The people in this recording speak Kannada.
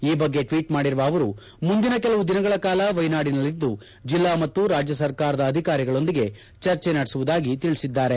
ಈ ಬಗ್ಗೆ ಟ್ವೀಟ್ ಮಾಡಿರುವ ಅವರು ಮುಂದಿನ ಕೆಲವು ದಿನಗಳ ಕಾಲ ವಯನಾಡಿನಲ್ಲಿದ್ದು ಜಿಲ್ಲಾ ಮತ್ತು ರಾಜ್ಯ ಸರ್ಕಾರದ ಅಧಿಕಾರಿಗಳೊಂದಿಗೆ ಚರ್ಚೆ ನಡೆಸುವುದಾಗಿ ತಿಳಿಸಿದ್ದಾರೆ